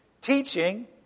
Teaching